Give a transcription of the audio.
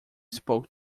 spoke